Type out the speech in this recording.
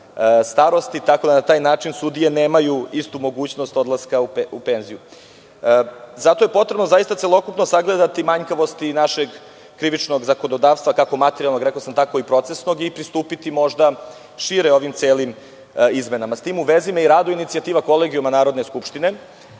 starosti, tako da na taj način sudije nemaju istu mogućnost odlaska u penziju. Zato je potrebno celokupno sagledati manjkavosti našeg krivičnog zakonodavstva, kako materijalnog, tako i procesnog i pristupiti možda šire ovim celim izmenama. S tim u vezi, raduje me inicijativa Kolegijuma Narodne skupštine,